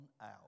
out